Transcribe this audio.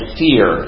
fear